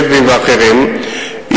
בדואיים ואחרים,